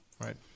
Right